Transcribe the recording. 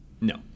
No